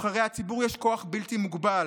נבחרי הציבור יש כוח בלתי מוגבל.